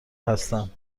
هستم